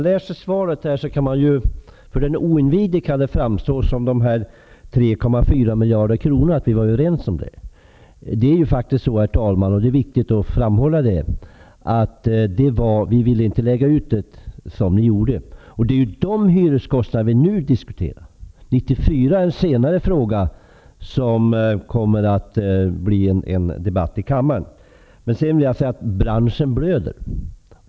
Herr talman! För den oinvigde kan svaret tyckas vara att vi är överens om de 3,4 miljarder kronorna. Det är dock viktigt att framhålla att vi inte ville lägga ut det hela så som ni gjorde. Det är de hyreskostnaderna som vi nu diskuterar. År 1994 blir en senare fråga som det kommer att bli debatt om här i kammaren. Branschen blöder.